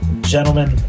gentlemen